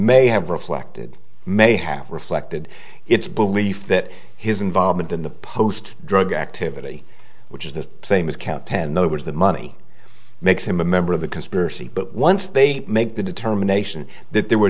may have reflected may have reflected its belief that his involvement in the post drug activity which is the same as count ten that was the money makes him a member of the conspiracy but once they make the determination that there were